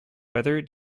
whether